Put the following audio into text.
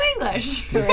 English